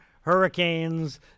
hurricanes